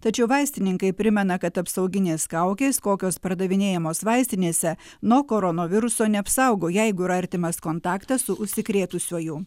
tačiau vaistininkai primena kad apsauginės kaukės kokios pardavinėjamos vaistinėse nuo koronaviruso neapsaugo jeigu yra artimas kontaktas su užsikrėtusiuoju